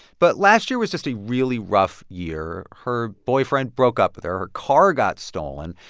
but last year was just a really rough year. her boyfriend broke up with her. her car got stolen.